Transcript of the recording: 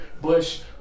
Bush